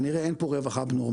כנראה אין פה רווח אבנורמלי,